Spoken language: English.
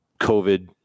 COVID